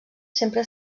sempre